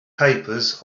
papers